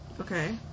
okay